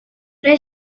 però